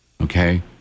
okay